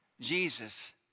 Jesus